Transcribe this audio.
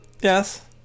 yes